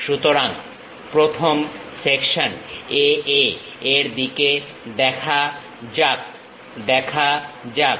সুতরাং প্রথম section A A এর দিকে দেখা যাক দেখা যাক